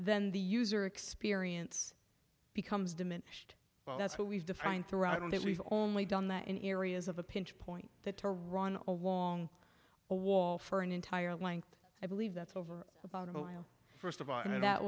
then the user experience becomes diminished but that's what we've defined throughout all that we've only done that in areas of a pinch point that to run along a wall for an entire length i believe that's over about a mile first of all and that